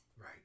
right